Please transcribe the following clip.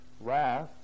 wrath